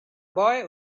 boy